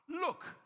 Look